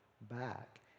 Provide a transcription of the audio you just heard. back